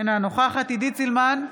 אינה נוכחת עידית סילמן,